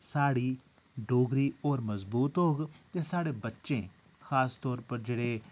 साढ़ी डोगरी होर मजबूत होग ते साढ़े बच्चे खासतौर पर जेह्ड़े